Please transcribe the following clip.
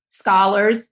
scholars